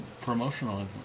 promotional